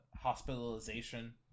hospitalization